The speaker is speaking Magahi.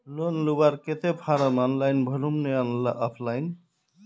लोन लुबार केते फारम ऑनलाइन भरुम ने ऑफलाइन?